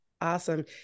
Awesome